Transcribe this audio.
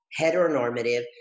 heteronormative